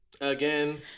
again